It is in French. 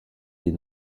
des